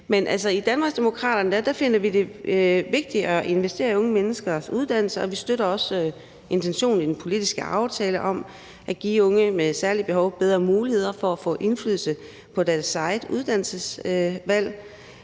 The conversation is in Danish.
Men i Danmarksdemokraterne finder vi det vigtigt at investere i unge menneskers uddannelse, og vi støtter også intentionen i den politiske aftale om at give unge med særlige behov bedre muligheder for at få indflydelse på deres eget uddannelsesvalg